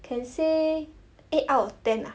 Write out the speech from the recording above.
can say eight out of ten lah